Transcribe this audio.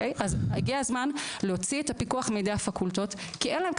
אז הגיע הזמן להוציא את הפיקוח מידי הפקולטות כי אין להם,